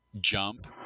jump